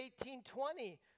18.20